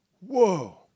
Whoa